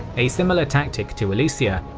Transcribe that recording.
a similar tactic to alesia,